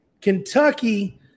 Kentucky